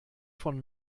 von